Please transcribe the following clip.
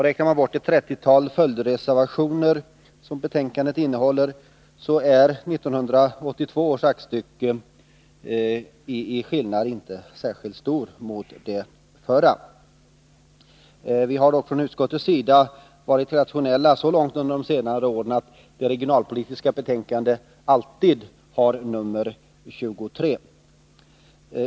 Räknar man bort ett trettiotal följdreservationer, som årets betänkande innehåller, skiljer sig inte 1982 års aktstycke särskilt mycket från det förra. Vi har från utskottets sida under de senare åren varit rationella så långt att de regionalpolitiska betänkandena alltid har nr 23.